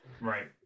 right